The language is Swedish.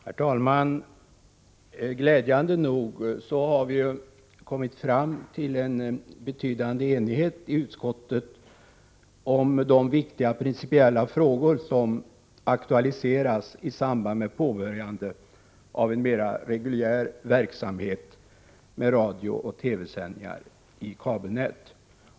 Herr talman! Glädjande nog har vi kommit fram till en betydande enighet i utskottet om de viktiga principiella frågor som aktualiseras i samband med påbörjandet av en mer reguljär verksamhet med radiooch TV-sändningar i kabelnät.